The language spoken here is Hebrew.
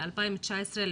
ב-2019,